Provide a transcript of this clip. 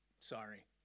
Sorry